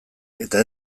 eta